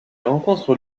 rencontre